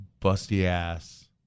busty-ass